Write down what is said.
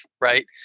right